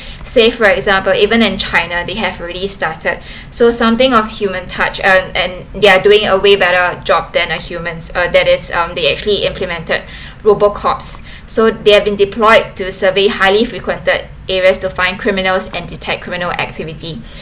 say for example even in china they have already started so something of human touch and and they are doing a way better job than a humans are that is um they actually implemented robot cops so they have been deployed to survey highly frequented areas to find criminals and detect criminal activity